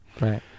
Right